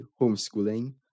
homeschooling